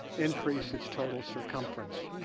increase its total circumference.